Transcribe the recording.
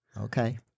Okay